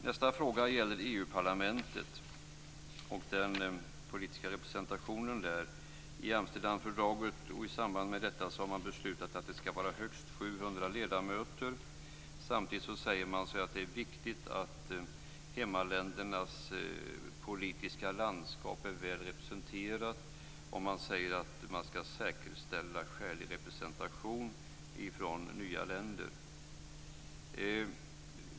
Nästa fråga gäller EU-parlamentet och den politiska representationen där. I Amsterdamfördraget och i samband med detta har man beslutat att det skall vara högst 700 ledamöter. Samtidigt säger man att det är viktigt att hemmaländernas politiska landskap är väl representerade, och man säger att man skall säkerställa skälig representation från nya länder.